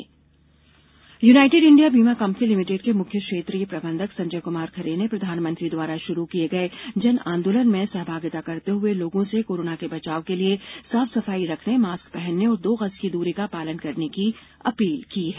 जन आंदोलन United India बीमा कंपनी लिमिटेड के मुख्य क्षेत्रीय प्रबंधक संजय क्मार खरे ने प्रधानमंत्री द्वारा शुरू किये गए जन आंदोलन में सहभागिता करते हुए लोगों से कोरोना से बचाव के लिए साफ सफाई रखने मास्क पहनने और दो गज की दूरी का पालन करने की अपील की है